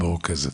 מרוכזת.